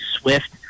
swift